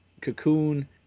cocoon